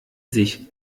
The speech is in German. sich